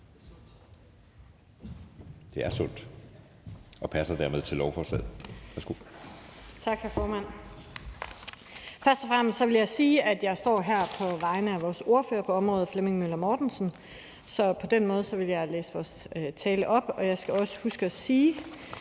Det er sundt og passer dermed til lovforslaget.